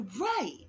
Right